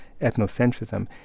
ethnocentrism